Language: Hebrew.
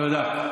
תודה.